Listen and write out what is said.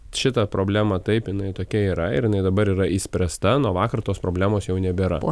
šitą problemą taip jinai tokia yra ir jinai dabar yra išspręsta nuo vakar tos problemos jau nebėra